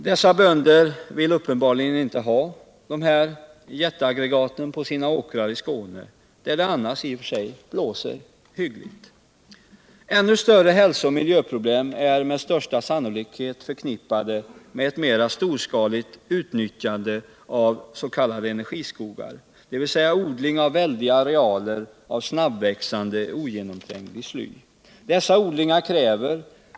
Dessa bönder vill uppenbarligen inte ha sådana jättelika aggregat på sina åkrar, där det annars i och för sig blåser hyggligt. Ännu större hälso och miljöproblem är med största sannolikhet förknippade med ett storskaligt utnyttjande av s.k. energiskogar, dvs. odling av väldiga arealer snabbväxande ogenomtränglig sly.